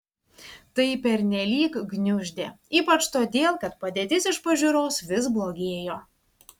tai pernelyg gniuždė ypač todėl kad padėtis iš pažiūros vis blogėjo